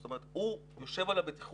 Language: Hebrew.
זאת אומרת הוא יושב על הבטיחות,